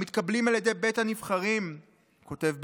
המתקבלים על ידי בית הנבחרים (המתקבלים,